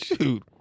Shoot